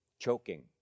Choking